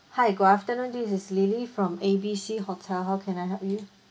hi good afternoon this is lily from A B C hotel how can I help you